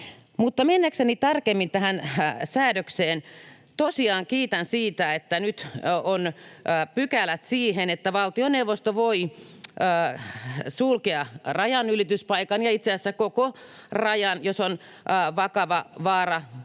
mennäkseni tarkemmin tähän säädökseen tosiaan kiitän siitä, että nyt on pykälät siihen, että valtioneuvosto voi sulkea rajanylityspaikan ja itse asiassa koko rajan, jos on vakava vaara yleiselle